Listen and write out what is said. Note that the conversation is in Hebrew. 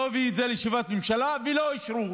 לא הביא את זה לישיבת הממשלה, ולא אישרו